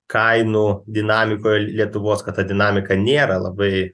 kainų dinamikoje lietuvos kad ta dinamika nėra labai